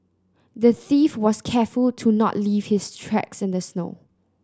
the thief was careful to not leave his tracks in the snow